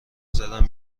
زدن